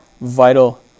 vital